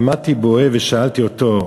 עמדתי בוהה ושאלתי אותו: